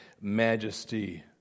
majesty